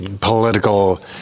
political